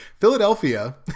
Philadelphia